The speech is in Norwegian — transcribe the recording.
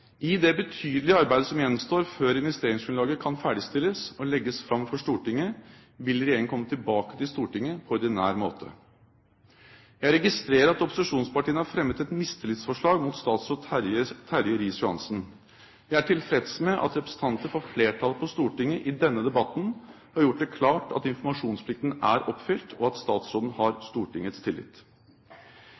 I det betydelige arbeidet som gjenstår før investeringsgrunnlaget kan ferdigstilles og legges fram for Stortinget, vil regjeringen komme tilbake til Stortinget på ordinær måte. Jeg registrerer at opposisjonspartiene har fremmet et mistillitsforslag mot statsråd Terje Riis-Johansen. Jeg er tilfreds med at representanter for flertallet på Stortinget i denne debatten har gjort det klart at informasjonsplikten er oppfylt, og at statsråden har Stortingets tillit.